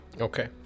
Okay